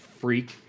freak